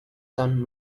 son